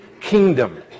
kingdom